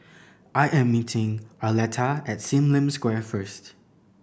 I am meeting Arletta at Sim Lim Square first